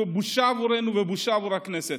זו בושה בעבורנו ובושה לכנסת.